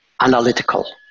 Analytical